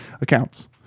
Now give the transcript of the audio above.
accounts